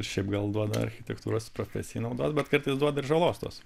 šiaip gal duoda architektūros profesijai naudos bet kartais duoda ir žalos tos